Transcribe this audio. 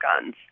guns